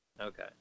Okay